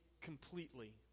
completely